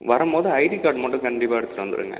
வரும்போது ID card மட்டும் கண்டிப்பாக எடுத்துகிட்டு வந்துடுங்க